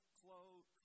clothes